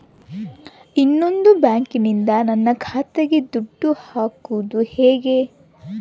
ಇನ್ನೊಂದು ಬ್ಯಾಂಕಿನಿಂದ ನನ್ನ ಖಾತೆಗೆ ದುಡ್ಡು ಹಾಕೋದು ಹೇಗೆ?